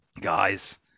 guys